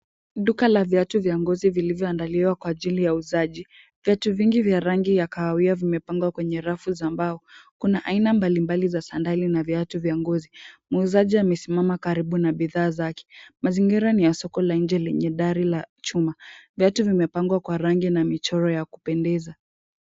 Duka la viatu vya ngozi vilivyoandaliwa kwa ajili ya uuzaji. Viatu vingi vya rangi ya kahawia vimepangwa kwenye rafu za mbao. Kuna aina mbalimbali za sandali na viatu vya ngozi. Muuzaji amesimama karibu na bidhaa zake. Mazingira ni ya soko la nje lenye dari la chuma. Viatu vimepangwa kwa rangi na michoro ya kupendeza.